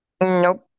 nope